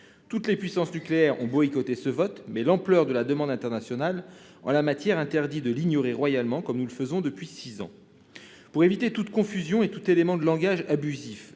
Toutes les puissances nucléaires ont boycotté ce vote, mais l'ampleur de la demande internationale en la matière interdit de l'ignorer royalement comme nous le faisons pourtant depuis six ans. Pour éviter toute confusion et tout élément de langage abusif,